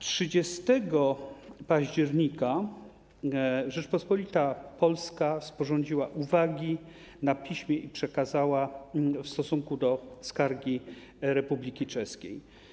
30 października Rzeczpospolita Polska sporządziła uwagi na piśmie i przekazała je odnośnie do skargi Republiki Czeskiej.